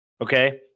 okay